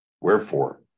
Wherefore